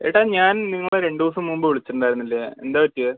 എടാ ഞാൻ നിങ്ങളെ രണ്ട് ദിവസം മുൻപ് വിളിച്ചിട്ട് ഉണ്ടായിരുന്നില്ലേ എന്താ പറ്റിയത്